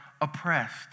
oppressed